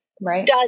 Right